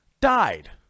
died